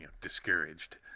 discouraged